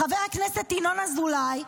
חבר הכנסת ינון אזולאי,